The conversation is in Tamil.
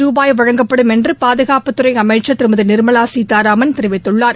ரூபாய் வழங்கப்படும் என்று பாதகாப்புத்துறை அமைச்சா திருமதி நிடமலா சீதாராமன் தெரிவித்துள்ளார்